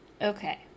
okay